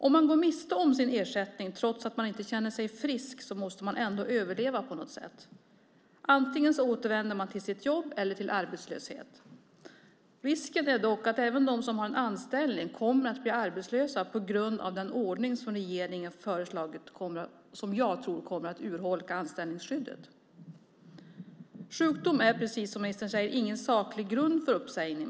Om man går miste om sin ersättning trots att man inte känner sig frisk måste man ju ändå överleva på något sätt, så man återvänder antingen till sitt jobb eller också till arbetslöshet. Risken är dock att även de som har en anställning blir arbetslösa på grund av den ordning som regeringen föreslagit och som jag tror kommer att urholka anställningsskyddet. Sjukdom är, precis som ministern säger, ingen saklig grund för uppsägning.